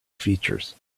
features